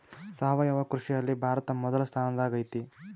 ಸಾವಯವ ಕೃಷಿಯಲ್ಲಿ ಭಾರತ ಮೊದಲ ಸ್ಥಾನದಾಗ್ ಐತಿ